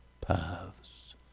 paths